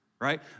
right